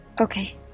Okay